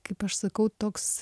kaip aš sakau toks